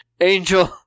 Angel